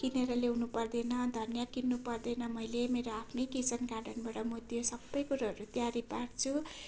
किनेर ल्याउनु पर्दैन धनिया किन्नुपर्दैन मैले मेरो आफ्नै किचन गार्डनबाट म त्यो सबै कुरोहरू तयारी पार्छु